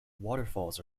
waterfalls